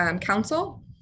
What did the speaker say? council